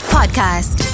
Podcast